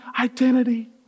identity